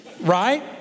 right